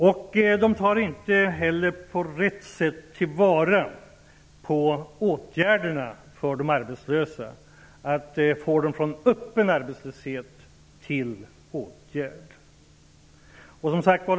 Man tar inte heller på rätt sätt till vara åtgärderna för de arbetslösa, för att få dem att gå från öppen arbetslöshet till åtgärder.